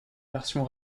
version